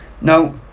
now